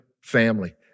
family